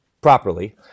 properly